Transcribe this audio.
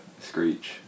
Screech